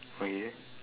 okay